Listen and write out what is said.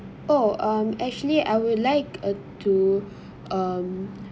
oh um actually I would like uh to um